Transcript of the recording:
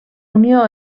unió